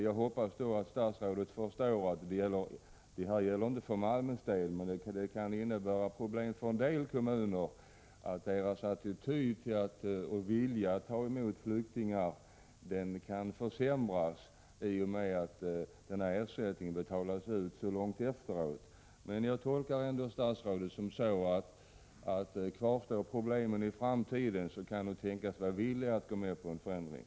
Jag hoppas att statsrådet förstår att det kan innebära sådana problem för en del kommuner — det gäller inte för Malmös del — att deras attityd till och vilja att ta emot flyktingar försämras i och med att ersättningen betalas ut så långt efteråt. Jag tolkar ändå statsrådets svar så, att om problemen kvarstår i framtiden kan hon tänkas vara villig att gå med på en förändring.